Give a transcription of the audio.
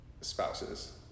spouses